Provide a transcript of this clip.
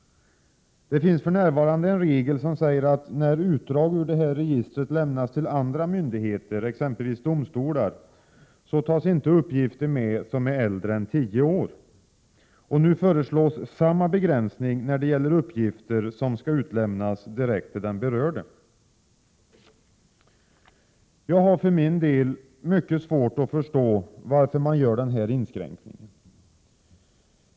Där finns för närvarande en regel som säger att när utdrag ur detta register lämnas till andra myndigheter, exempelvis domstolar, tas inte uppgifter med som är äldre än tio år. Nu föreslås samma begränsning när det gäller uppgifter som skall utlämnas direkt till den berörde. Jag har för min del mycket svårt att förstå varför man gör denna inskränkning.